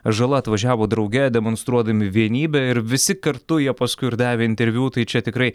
žala atvažiavo drauge demonstruodami vienybę ir visi kartu jie paskui ir davė interviu tai čia tikrai